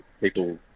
people